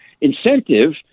incentive